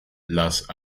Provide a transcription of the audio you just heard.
las